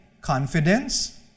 confidence